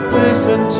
listen